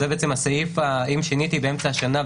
אם שיניתי באמצע השנה,